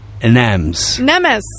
Nemes